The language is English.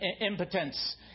impotence